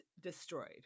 destroyed